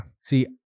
see